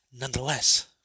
nonetheless